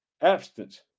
abstinence